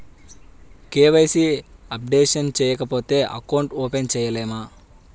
KYC updation చేయకపోతే account open చేయలేమా?